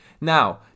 Now